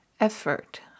effort